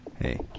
hey